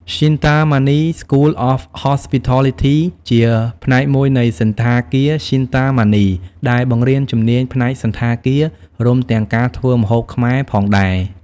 Shinta Mani School of Hospitality ជាផ្នែកមួយនៃសណ្ឋាគារ Shinta Mani ដែលបង្រៀនជំនាញផ្នែកសណ្ឋាគារ រួមទាំងការធ្វើម្ហូបខ្មែរផងដែរ ។